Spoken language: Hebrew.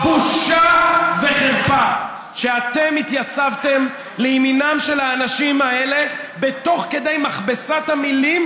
בושה וחרפה שאתם התייצבתם לימינם של האנשים האלה תוך כדי מכבסת המילים